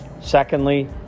Secondly